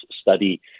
study